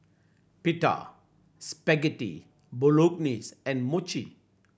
Pita Spaghetti Bolognese and Mochi